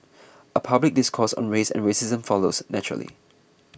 a public discourse on race and racism follows naturally